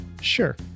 Sure